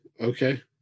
okay